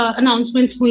announcements